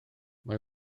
mae